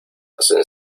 hacen